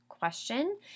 question